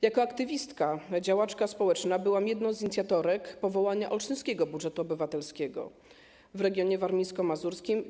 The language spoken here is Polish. Jako aktywistka, działaczka społeczna byłam jedną z inicjatorek powołania Olsztyńskiego Budżetu Obywatelskiego w regionie warmińsko-mazurskim.